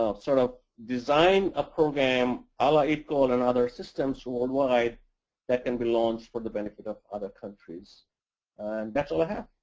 um sort of, design a program a la idcol and other systems worldwide that can and be launched for the benefit of other countries and that's all i have.